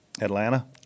Atlanta